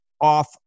off